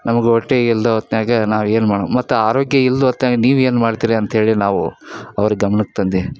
ನಮಗೆ ಒಟ್ಟಿಗೆ ಇಲ್ಲದೇ ಹೊತ್ನ್ಯಾಗ ನಾವೇನು ಮಾಡು ಮತ್ತು ಆರೋಗ್ಯ ಇಲ್ದೇ ಹೋತ್ನ್ಯಾಗ ನೀವೇನು ಮಾಡ್ತೀರಿ ಅಂತೇಳಿ ನಾವು ಅವ್ರ ಗಮ್ನಕ್ಕೆ ತಂದೇವೆ